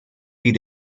die